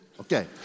Okay